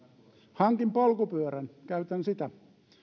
hankin polkupyörän käytän sitä